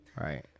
Right